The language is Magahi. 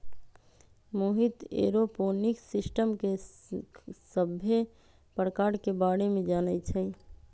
मोहित ऐरोपोनिक्स सिस्टम के सभ्भे परकार के बारे मे जानई छई